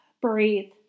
breathe